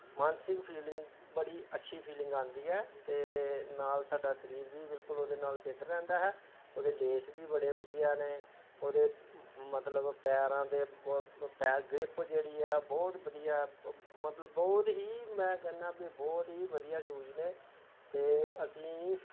ਮਾਨਸਿਕ ਫੀਲਿੰਗ ਬੜੀ ਅੱਛੀ ਫੀਲਿੰਗ ਆਉਂਦੀ ਹੈ ਅਤੇ ਨਾਲ ਸਾਡਾ ਸਰੀਰ ਵੀ ਬਿਲਕੁਲ ਉਹਦੇ ਨਾਲ ਫਿੱਟ ਰਹਿੰਦਾ ਹੈ ਉਹਦੇ ਲੇਸ ਵੀ ਬੜੇ ਵਧੀਆ ਨੇ ਉਹਦੇ ਮਤਲਬ ਪੈਰਾਂ ਦੇ ਉਹ ਪੈਰ ਗਰਿਪ ਜਿਹੜੀ ਹੈ ਬਹੁਤ ਵਧੀਆ ਮਤਲਬ ਬਹੁਤ ਹੀ ਮੈਂ ਕਹਿੰਦਾ ਬਈ ਬਹੁਤ ਹੀ ਵਧੀਆ ਸ਼ੂਜ ਨੇ ਅਤੇ ਅਸੀਂ